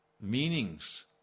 meanings